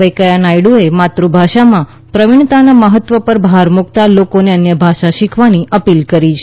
વેંકૈયા નાયડુએ માતૃભાષામાં પ્રવીણતાના મહત્વ પર ભાર મુકતા લોકોને અન્ય ભાષા શીખવાની અપીલ કરી છે